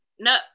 no